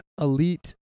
elite